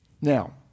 Now